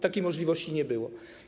Takiej możliwości nie było.